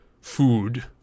food